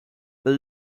but